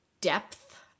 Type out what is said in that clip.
depth